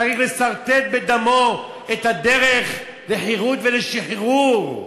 צריך לסרטט בדמו את הדרך לחירות ולשחרור.